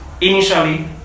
Initially